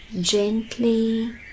gently